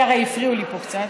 כי הרי הפריעו לי פה קצת,